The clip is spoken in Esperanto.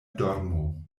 dormo